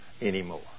anymore